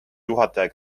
juhataja